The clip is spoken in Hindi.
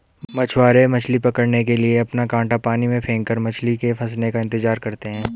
मछुआरे मछली पकड़ने के लिए अपना कांटा पानी में फेंककर मछली के फंसने का इंतजार करते है